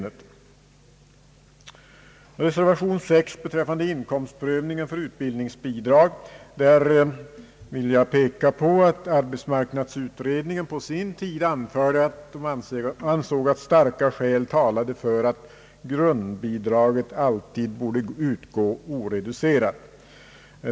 Vad gäller reservation 6 beträffande inkomstprövningen för utbildningsbidrag vill jag peka på att arbetsmarknadsutredningen på sin tid anförde som sin uppfattning att starka skäl talade för att grundbidraget alltid borde utgå oreducerat.